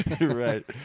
Right